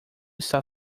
está